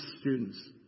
students